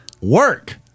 work